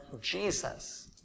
Jesus